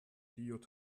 djh